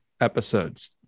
episodes